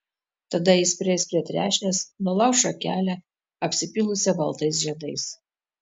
tada jis prieis prie trešnės nulauš šakelę apsipylusią baltais žiedais